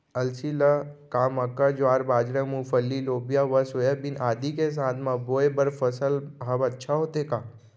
अलसी ल का मक्का, ज्वार, बाजरा, मूंगफली, लोबिया व सोयाबीन आदि के साथ म बोये बर सफल ह अच्छा होथे का?